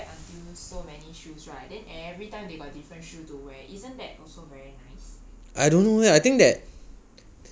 !aiya! some people right they collect until so many shoes right then everytime they got different shoe to wear isn't that also very nice